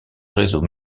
réseau